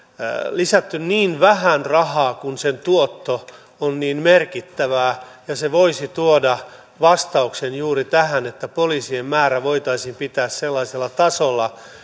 lisätty niin vähän rahaa kun sen tuotto on niin merkittävää ja se voisi tuoda vastauksen juuri tähän että poliisien määrä voitaisiin pitää sellaisella tasolla